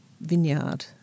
vineyard